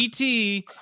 et